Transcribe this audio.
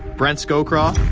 brent scowcroft,